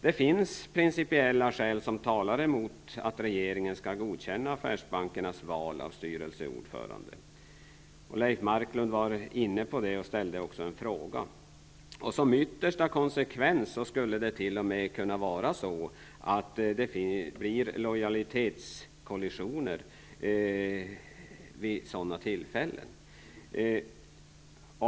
Det finns principiella skäl som talar emot att regeringen skall godkänna affärsbankernas val av styrelseordförande. Leif Marklund berörde detta och ställde också en fråga. Som yttersta konsekvens skulle det t.o.m. kunna vara så att det inträffar lojalitetskollisioner vid sådana tillfällen.